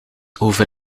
erover